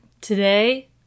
Today